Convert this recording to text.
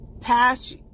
pass